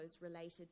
related